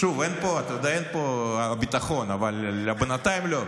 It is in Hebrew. שוב, אין פה ביטחון, אבל בינתיים לא.